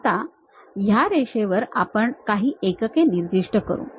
आता या रेषेवर आपण काही एकके निर्दिष्ट करू